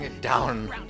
down